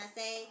say